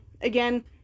again